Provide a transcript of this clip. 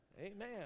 Amen